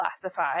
classify